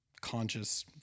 conscious